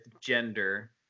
gender